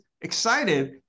excited